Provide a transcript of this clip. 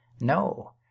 No